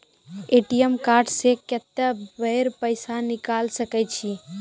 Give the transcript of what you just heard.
ATM card से कत्तेक बेर पैसा निकाल सके छी?